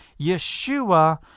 yeshua